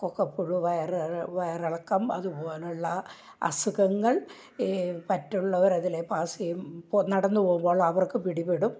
കൊക്കപ്പുഴു വയറ് വയറിളക്കം അതുപോലുള്ള അസുഖങ്ങൾ ഈ മറ്റുള്ളവർ അതിലെ പാസ് ചെയ്യുമ്പോൾ നടന്ന് പോകുമ്പോൾ അവർക്ക് പിടിപ്പെടും